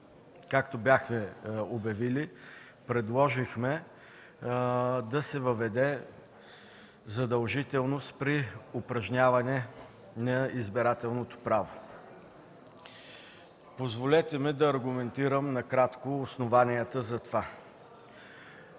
с която предложихме да се въведе задължителност при упражняване на избирателното право. Позволете ми да аргументирам накратко основанията за това.